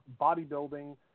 bodybuilding